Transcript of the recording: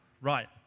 right